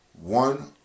one